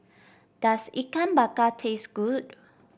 does Ikan Bakar taste good